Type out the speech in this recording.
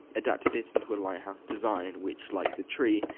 adapted it into a lighthouse design which like the tree,